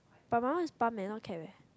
but my one is pump eh not cap eh